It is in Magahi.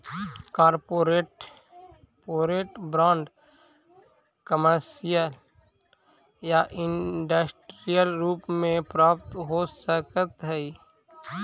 कॉरपोरेट बांड कमर्शियल या इंडस्ट्रियल रूप में प्राप्त हो सकऽ हई